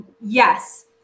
Yes